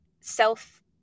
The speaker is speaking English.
self